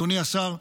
אדוני השר,